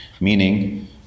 Meaning